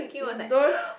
you don't